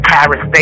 Paris